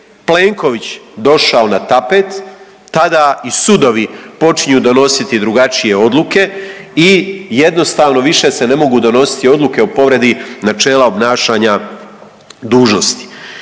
Plenković došao na tapet tada i sudovi počinju donositi drugačije odluke i jednostavno više se ne mogu donositi odluke o povredi načela obnašanja dužnosti.